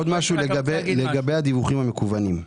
עוד משהו לגבי הדיווחים המקוונים,